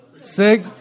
Sig